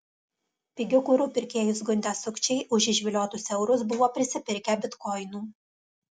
pigiu kuru pirkėjus gundę sukčiai už išviliotus eurus buvo prisipirkę bitkoinų